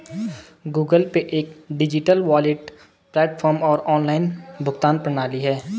Google Pay एक digital wallet platform और online भुगतान प्रणाली है